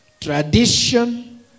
tradition